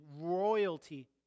royalty